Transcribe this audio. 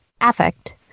affect